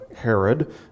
herod